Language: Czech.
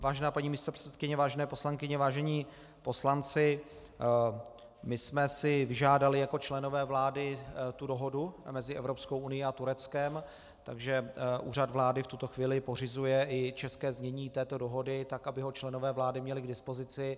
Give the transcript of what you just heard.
Vážená paní místopředsedkyně, vážené poslankyně, vážení poslanci, my jsme si vyžádali jako členové vlády tu dohodu mezi Evropskou unií a Tureckem, takže Úřad vlády v tuto chvíli pořizuje i české znění této dohody, tak aby ho členové vlády měli k dispozici.